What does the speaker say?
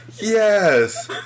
Yes